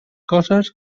coses